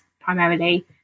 primarily